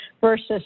versus